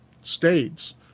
states